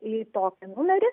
į tokį numerį